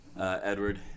edward